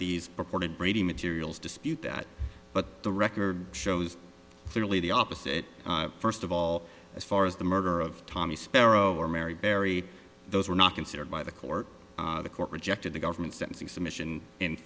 these purported brady materials dispute that but the record shows clearly the opposite first of all as far as the murder of tommy sparrow or mary berry those were not considered by the court the court rejected the government's sentencing submission